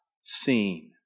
seen